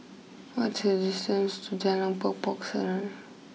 what is distance to Jalan Pokok Pokok Serunai